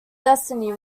destiny